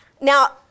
Now